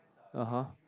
(uh huh)